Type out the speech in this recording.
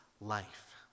life